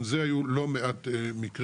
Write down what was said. גם בזה היו לא מעט מקרים.